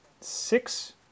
six